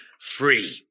free